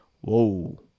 whoa